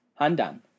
Handan